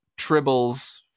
tribbles